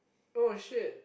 oh shit